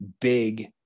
big